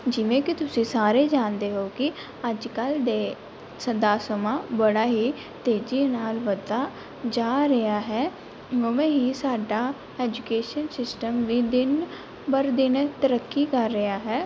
ਜਿਵੇਂ ਕਿ ਤੁਸੀਂ ਸਾਰੇ ਜਾਣਦੇ ਹੋ ਕਿ ਅੱਜ ਕੱਲ੍ਹ ਦਾ ਸਮਾਂ ਬੜਾ ਹੀ ਤੇਜ਼ੀ ਨਾਲ ਵੱਧਦਾ ਜਾ ਰਿਹਾ ਹੈ ਉਵੇਂ ਹੀ ਸਾਡਾ ਐਜੂਕੇਸ਼ਨ ਸਿਸਟਮ ਵੀ ਦਿਨ ਬਰ ਦਿਨ ਤਰੱਕੀ ਕਰ ਰਿਹਾ ਹੈ